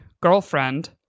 girlfriend